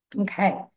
Okay